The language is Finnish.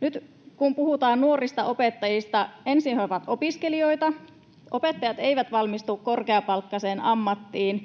Nyt kun puhutaan nuorista opettajista, niin ensin he ovat opiskelijoita, ja opettajat eivät valmistu korkeapalkkaiseen ammattiin.